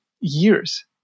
years